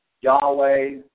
Yahweh